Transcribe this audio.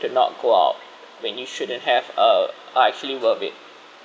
did not go out when you shouldn't have uh all are actually worth it